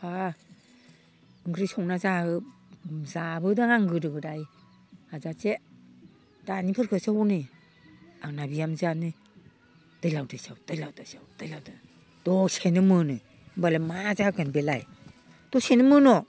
माबा ओख्रि संना जा जाबोदों आं गोदो गोदाय हाजासे दानिफोरखोसो हनै आंना बिहामजोआनो दैलाव दैसाव दैलाव दैसाव दैलाव दसेनो मोनो होमबालाय मा जागोन बेलाय दसेनो मोनो